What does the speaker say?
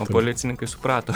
o policininkai suprato